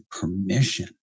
permission